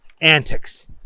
antics